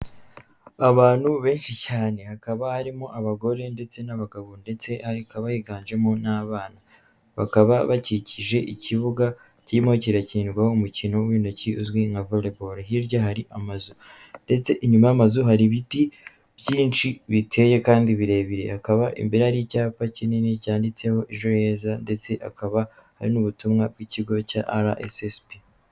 Abantu benshi cyane hakaba harimo abagore ndetse n'abagabo ndetse hakaba higanjemo n'abana, bakaba bakikije ikibuga kirimo kirakinirwaho umukino w'intoki uzwi nka voreboro, hirya hari amazu ndetse inyuma y'amazu hari ibiti byinshi biteye kandi birebire, hakaba imbere hari icyapa kinini cyanditseho ejo heza ndetse akaba ari n'ubutumwa bw'ikigo cya ara esesibi.